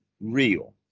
real